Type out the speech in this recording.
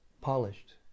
polished